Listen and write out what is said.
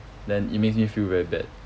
then it makes me feel very bad